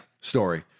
story